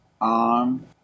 arm